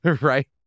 right